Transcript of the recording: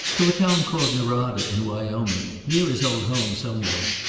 to a town called norada, in wyoming. near his old home somewhere.